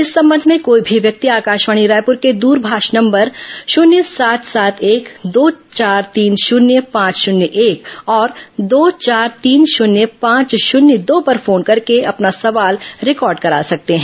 इस संबंध में कोई भी व्यक्ति आकाशवाणी रायपुर के द्रभाष नम्बर शुन्य सात सात एक दो चार तीन शुन्य पांच शुन्य एक और दो चार तीन शुन्य पांच शुन्य दो पर फोन करके अपना सवाल रिकॉर्ड करा सकते हैं